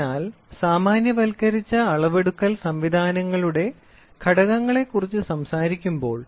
അതിനാൽ സാമാന്യവൽക്കരിച്ച അളവെടുക്കൽ സംവിധാനങ്ങളുടെ ഘടകങ്ങളെക്കുറിച്ച് സംസാരിക്കുമ്പോൾ